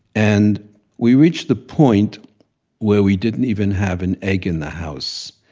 and we reached the point where we didn't even have an egg in the house.